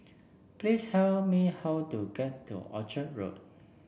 please me how to get to Orchard Road